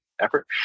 effort